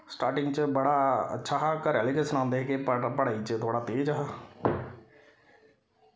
starting च बड़ा अच्छा हा घरै आह्ले गै सनांदे हे कि पढ़ पढ़ाई च थोह्ड़ा तेज हा